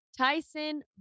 Tyson